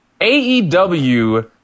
aew